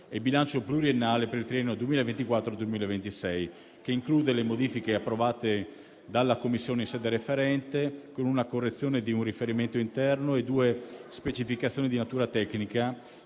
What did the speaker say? e bilancio pluriennale per il triennio 2024-2026», che include le modifiche approvate dalla Commissione in sede referente, con una correzione di un riferimento interno e due specificazioni di natura tecnica,